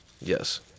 Yes